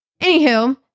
Anywho